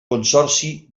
consorci